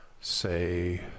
say